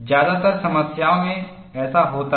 ज्यादातर समस्याओं में ऐसा होता है